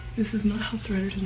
this is not how a